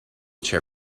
chair